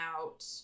out